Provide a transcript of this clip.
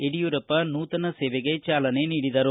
ಯಡಿಯೂರಪ್ಪ ನೂತನ ಸೇವೆಗೆ ಚಾಲನೆ ನೀಡಿದರು